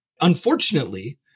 unfortunately